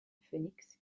phénix